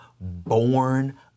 born